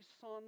son